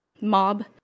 mob